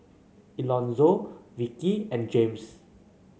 Elonzo Vikki and James